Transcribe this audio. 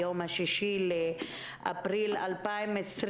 היום ה-6 לאפריל 2020,